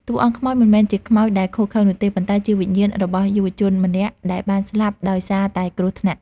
តួអង្គខ្មោចមិនមែនជាខ្មោចដែលឃោរឃៅនោះទេ ប៉ុន្តែជាវិញ្ញាណរបស់យុវជនម្នាក់ដែលបានស្លាប់ដោយសារតែគ្រោះថ្នាក់។